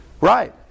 Right